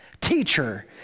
Teacher